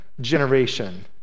generation